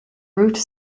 route